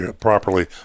properly